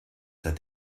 said